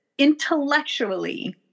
intellectually